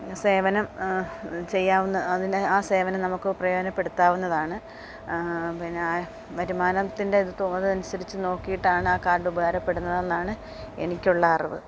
സേവനം ചെയ്യാവുന്ന അതിനെ ആ സേവനം നമുക്ക് പ്രയോജനപ്പെടുത്താവുന്നതാണ് പിന്നെ വരുമാനത്തിൻ്റെ ഇത് തോതനുസരിച്ച് നോക്കിയിട്ടാണ് ആ കാർഡ് ഉപകാരപ്പെടുന്നതെന്നാണ് എനിക്കുള്ള അറിവ്